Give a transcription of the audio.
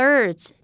Birds